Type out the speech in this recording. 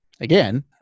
Again